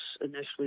initially